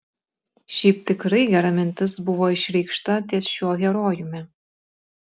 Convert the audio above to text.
šiaip tikrai gera mintis buvo išreikšta ties šiuo herojumi